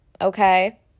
okay